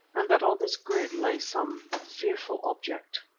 and that on this grid lay some fearful object.